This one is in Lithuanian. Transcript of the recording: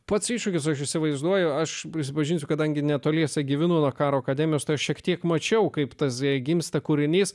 pats iššūkis o aš įsivaizduoju aš prisipažinsiu kadangi netoliese gyvenu nuo karo akademijos to šiek tiek mačiau kaip tas gimsta kūrinys